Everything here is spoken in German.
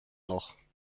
noch